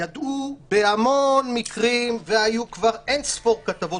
ידעו בהמון מקרים והיו כבר אינספור כתבות